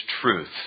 truth